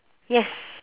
yes